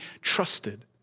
trusted